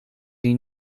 die